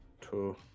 two